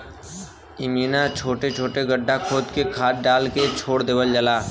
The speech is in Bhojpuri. इमिना छोट छोट गड्ढा खोद के खाद डाल के छोड़ देवल जाला